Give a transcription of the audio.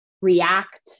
react